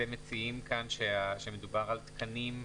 אתם מציעים כאן כשמדובר על תקנים,